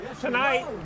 tonight